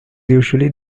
usually